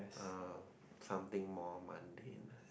uh something more mundane ah